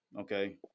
Okay